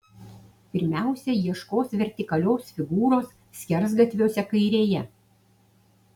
pirmiausia ieškos vertikalios figūros skersgatviuose kairėje